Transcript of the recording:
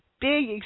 big